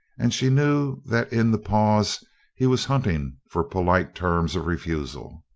and she knew that in the pause he was hunting for polite terms of refusal.